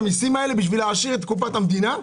נשלם את המסים האלה כדי להעשיר את קופת המדינה.